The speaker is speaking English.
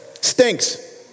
Stinks